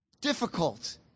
difficult